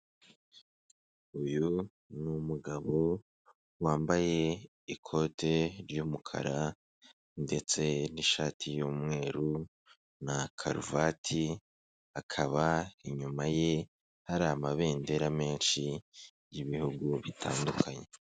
Uyu ni umugabo wambaye ikote ry'umukara, ndetse n'ishati y'umweru na karuvati, akaba inyuma ye hari amabendera menshi y'Ibihugu bitandukanye.